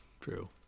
True